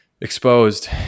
exposed